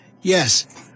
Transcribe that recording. Yes